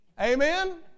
Amen